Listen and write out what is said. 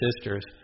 sisters